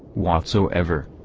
whatsoever.